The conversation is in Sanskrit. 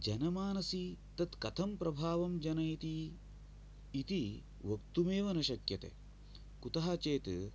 जनमानसि तत् कथं प्रभावं जनयति इति वक्तुं एव न शक्यते कुतः चेत्